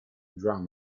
drum